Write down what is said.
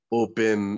open